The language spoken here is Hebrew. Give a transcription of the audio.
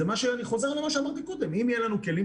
אני חוזר למה שאמרתי קודם אם יהיו לנו כלים